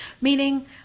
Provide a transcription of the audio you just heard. Meaning